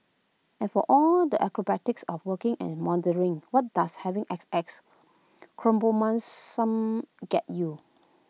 and for all the acrobatics of working and mothering what does having X X get you